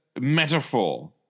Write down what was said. metaphor